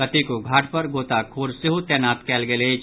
कतेको घाट पर गोताखोर सेहो तैनात कयल गेल अछि